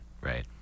Right